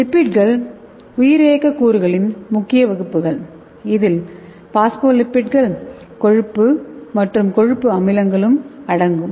லிப்பிட்கள் உயிரியக்கக்கூறுகளின் முக்கிய வகுப்புகள் இதில் பாஸ்போலிப்பிட்கள் கொழுப்பு மற்றும் கொழுப்பு அமிலங்களும் அடங்கும்